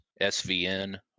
svn